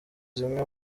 zimwe